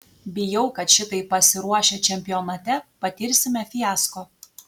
bijau kad šitaip pasiruošę čempionate patirsime fiasko